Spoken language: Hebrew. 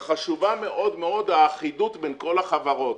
חשובה מאוד האחידות בין כל החברות.